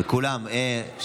לכולם.